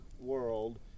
world